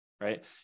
right